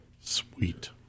Sweet